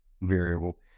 variable